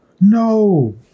no